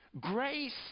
grace